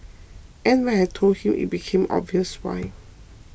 and when I told him it became obvious why